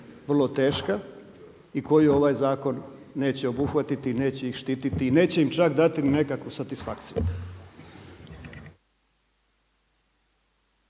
vrlo teška i koje ovaj zakon neće obuhvatiti i neće ih štititi i neće im čak dati ni nekakvu satisfakciju.